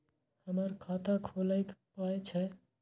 हमर खाता खौलैक पाय छै